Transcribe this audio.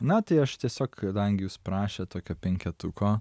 na tai aš tiesiog kadangi jūs prašėt tokio penketuko